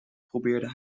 probeerde